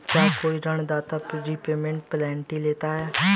क्या कोई ऋणदाता प्रीपेमेंट पेनल्टी लेता है?